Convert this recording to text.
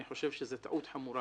אני חושב שזו טעות חמורה,